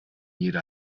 jede